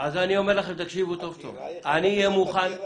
מסודר עם בקרה שיפוטית,